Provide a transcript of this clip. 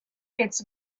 its